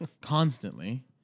constantly